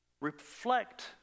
Reflect